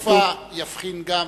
פרויקט תנופ"ה יבחין גם,